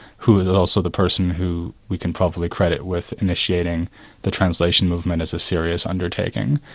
who was also the person who we can properly credit with initiating the translation movement as a serious undertaking.